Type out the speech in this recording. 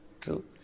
true